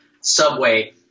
subway